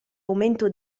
aumento